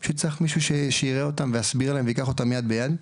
פשוט צריך מישהו שיראה אותם ויסביר להם וייקח אותם יד ביד.